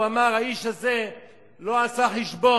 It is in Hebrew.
הוא אמר: האיש הזה לא עשה חשבון,